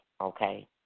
okay